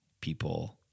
people